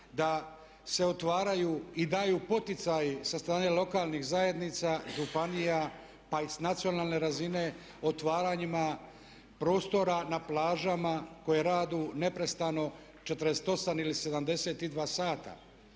da se otvaraju i dalju poticaji sa strane lokalnih zajednica, županija, pa i s nacionalne razine otvaranjima prostora na plažama koje radu neprestano 48 ili 72 sata.